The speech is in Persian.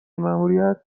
ماموریت